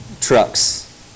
trucks